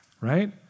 right